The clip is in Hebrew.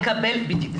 בדיוק.